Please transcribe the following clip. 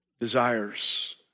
desires